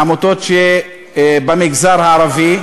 עמותות במגזר הערבי?